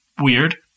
weird